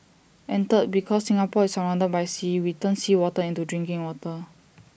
and third because Singapore is surrounded by sea we turn seawater into drinking water